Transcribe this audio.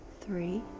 three